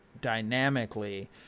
dynamically